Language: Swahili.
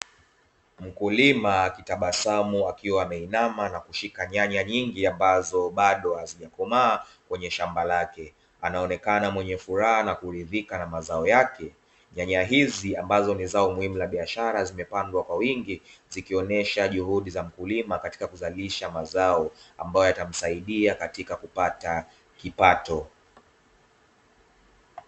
Mkulima akitabasamu, akiwa ameinama na kushika nyanya nyingi ambazo bado hazijakomaa kwenye shamba lake, anaonekana mwenye furaha na kuridhika na mazao yake. Nyanya hizi ambazo ni zao muhimu la biashara zimepandwa kwa wingi zikionyesha juhudi za mkulima katika kuzalisha mazao ambayo yatamsaidia katika kupata kipato.